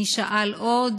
מי שאל עוד?